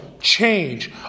change